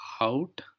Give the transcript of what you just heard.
out